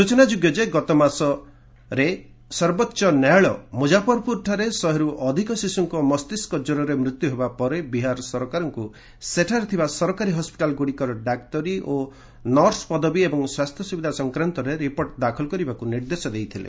ସୂଚନାଯୋଗ୍ୟ ଗତମାସ ସର୍ବୋଚ୍ଚ ନ୍ୟାୟାଳୟ ମୁଜାଫରପୁରଠାରେ ଶହେରୁ ଅଧିକ ଶିଶୁଙ୍କ ମସ୍ତିଷ୍କ ଜ୍ୱରରେ ମୃତ୍ୟୁ ହେବା ପରେ ବିହାର ସରକାରଙ୍କୁ ସେଠାରେ ଥିବା ସରକାରୀ ହସ୍କିଟାଲ୍ଗ୍ରଡ଼ିକର ଡାକ୍ତରୀ ଓ ନର୍ସ ପଦବୀ ଏବଂ ସ୍ୱାସ୍ଥ୍ୟ ସ୍ରବିଧା ସଂକ୍ରାନ୍ତରେ ରିପୋର୍ଟ ଦାଖଲ କରିବାକୁ ନିର୍ଦ୍ଦେଶ ଦେଇଥିଲେ